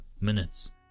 minutes